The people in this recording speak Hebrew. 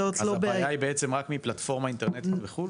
אז הבעיה היא רק מפלטפורמה אינטרנטית בחו"ל?